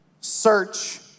search